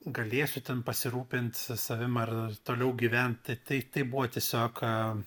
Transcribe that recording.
galėsiu ten pasirūpint savim ar toliau gyvent tai tai tai buvo tiesiog a